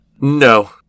No